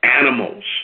Animals